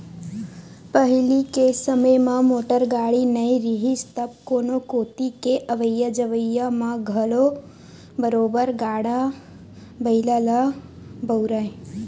पहिली के समे म मोटर गाड़ी नइ रिहिस तब कोनो कोती के अवई जवई म घलो बरोबर गाड़ा बइला ल बउरय